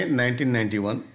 1991